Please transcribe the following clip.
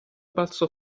balzò